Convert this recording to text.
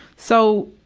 so,